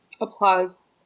Applause